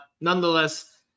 nonetheless